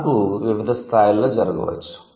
మార్పు వివిధ స్థాయిలలో జరగవచ్చు